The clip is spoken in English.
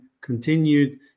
continued